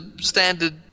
standard